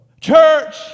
Church